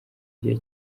gihe